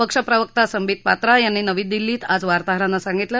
पक्ष प्रवक्ता संबित पात्रा यांनी नवी दिल्लीत आज वार्ताहरांना सांगितलं